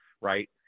right